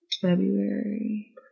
February